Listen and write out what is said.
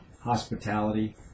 hospitality